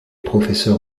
professeur